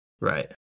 Right